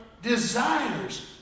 desires